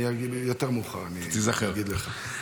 יותר מאוחר אני אגיד לך.